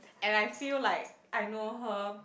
and I feel like I know her